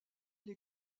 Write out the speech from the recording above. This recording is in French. les